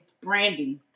Brandy